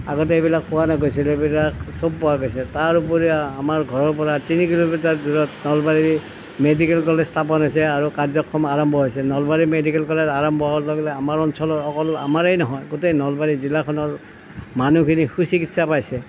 আগতে এইবিলাক পোৱা নগৈছিল এইবিলাক চব পোৱা গৈছে তাৰোপৰি আমাৰ ঘৰৰ পৰা তিনি কিলোমিটাৰ দূৰত নলবাৰী মেডিকেল কলেজ স্থাপন হৈছে আৰু কাৰ্যক্ষম আৰম্ভ হৈছে নলবাৰী মেডিকেল কলেজ আৰম্ভ হোৱাৰ লগে লগে আমাৰ অঞ্চলৰ অকল আমাৰেই নহয় গোটেই নলবাৰী জিলাখনৰ মানুহখিনি সুচিকিৎসা পাইছে